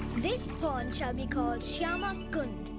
this pond shall be called shyama kund!